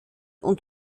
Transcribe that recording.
und